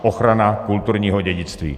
Ochrana kulturního dědictví.